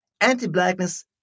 Anti-blackness